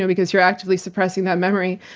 and because you're actively suppressing that memory.